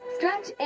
Stretch